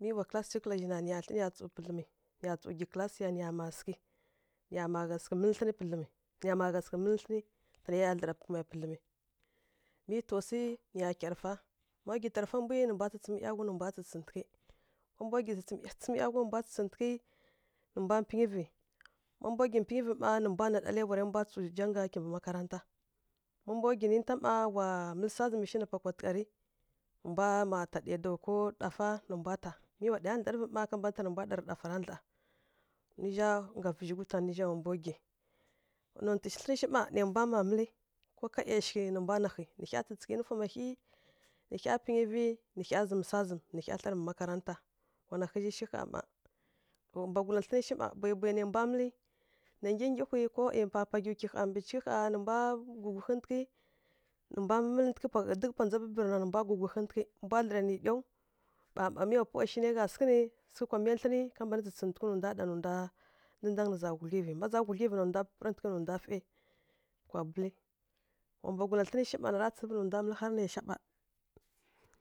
mi wa kǝlasǝ shi kǝla zhi na, nǝya thli nǝya tsǝw pǝdlǝmi, nǝya tsǝw ggyi kǝlasǝ ya nǝ ya mma sǝghǝ nǝya mma gha sǝghǝ mǝlǝ thlǝni pǝdlǝmi nǝ ya ma gha sǝghǝ mǝlǝ thlǝnǝ panai ya pǝdlǝmǝ, mi taw swi nǝya tarafa ma gyi tarafa mbwi nǝ nǝya tsǝtsǝmǝ ˈyaghwi nǝ mbwa tsǝghǝtǝghǝ ma mbwa gwi tsǝtsǝmǝ ˈyaghwi wa gwi tsǝghǝtǝghǝ nǝ mbwa mpǝnyi vǝ, ma mbwa gwi mpǝnyi vǝ mma nǝ mbwa nǝ ɗalaiwara rǝ mbwa janga kimbǝ makaranta. Má mbwa gwi ninta mma wa mǝlǝ swa zǝmǝ shi na kwatǝgharǝ nǝ mbwa mma ta ɗai daw ko dafa nǝ mbwa ta. Mi wa ɗaya dlanǝvǝ mma ka mban ta nǝ mbwa ɗa rǝ dafa ra dla. Ni zha ngga vǝzhi gutan nǝ zha wa mbwa gwi. Wa nontǝ thlǝnǝ shi mma nai mbwa mma mǝlǝ ko ka ˈyashighǝ nǝ mbwa naghǝ, nǝ hya tsǝghǝtǝghǝ yinǝfoma hyi nǝ hya mpǝnyivǝ, nǝ hya zǝmǝ swa zǝmǝ nǝ hya dlarǝ mbǝ makaranta. Wa na ƙhǝi zhi kha mma, wa mbwagula thlǝnǝ shi daw-daw nai mbwa mǝlǝ, na nggyi nggyihwi ˈyi mpa gyi kyi cighǝ nǝ mbwa gugughǝntǝghǝ, nǝ mbwa mǝlǝntǝghǝ duk pwa ndza bǝbǝrǝ rǝ nǝmbwa gugughǝntǝghǝ, mbwa dlǝra nǝ ɗyaw ɓa mma mimwa pawa shi nai gha sǝghǝ nǝ sǝghǝ kwa miya thlǝnǝ ka mnba tsǝghǝtǝghǝ nǝ mbwa ɗa nǝ za gudlyivǝ. Má za gudlyivǝ na ka mban nǝ ndwa ɗa nǝ ndwa fai kwa bǝlǝ. Wa mbwagula thlǝnǝ shi mma nai ndwa tsǝrǝvǝ mǝlǝ har naisha ƙha.